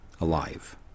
alive